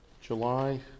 July